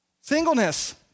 Singleness